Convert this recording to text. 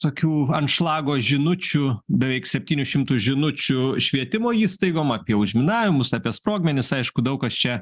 tokių anšlago žinučių beveik septynių šimtų žinučių švietimo įstaigom apie užminavimus apie sprogmenis aišku daug kas čia